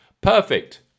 Perfect